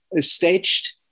staged